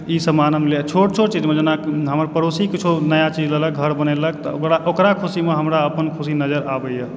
ई समानमे छोट छोट चीज जेना हमर पड़ोसी किछु नया चीज लेलक घरमे बनेलक तऽ ओकरा खुशीमे हमरा अपन खुशी नजर आबैए